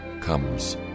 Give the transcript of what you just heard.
comes